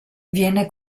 viene